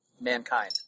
mankind